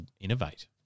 innovate